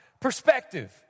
perspective